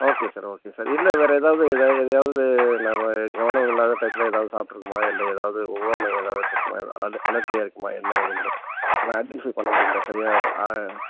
okay sir okay sir இல்லை வேறு ஏதாவது வேறு எதையாவது நாங்கள் கவனம் இல்லாத டயத்தில் ஏதாவது சாப்பிட்ருக்குமா இல்லை ஏதாவது ஒவ்வாமை ஏதாவது ஏற்பட்டிருக்குமா அல அலர்ஜியாக இருக்குமா என்ன ஏதுன்னு என்னால் ஏன்டிசிபேட் பண்ண முடியலை சரியா